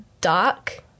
dark